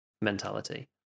mentality